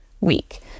week